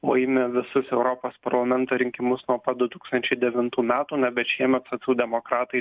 laimi visus europos parlamento rinkimus nuo pat du tūkstančiai devintų metų na bet šiemet socialdemokratai